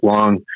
long